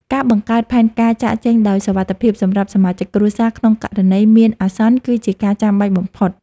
ការបង្កើតផែនការចាកចេញដោយសុវត្ថិភាពសម្រាប់សមាជិកគ្រួសារក្នុងករណីមានអាសន្ន គឺជាការចាំបាច់បំផុត។